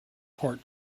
court